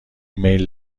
میل